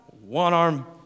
one-arm